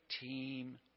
team